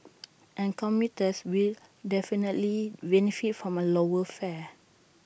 and commuters will definitely benefit from A lower fare